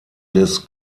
des